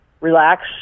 relax